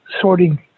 sorting